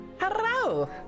Hello